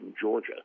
Georgia